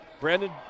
Brandon